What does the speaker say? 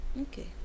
okay